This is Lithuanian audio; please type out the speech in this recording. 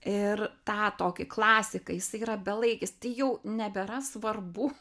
ir tą tokį klasika jisai yra belaikis tai jau nebėra svarbu